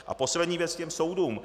A poslední věc k těm soudům.